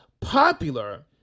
popular